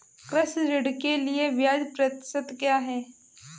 कृषि ऋण के लिए ब्याज प्रतिशत क्या है?